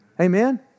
Amen